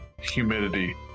humidity